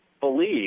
Believe